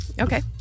Okay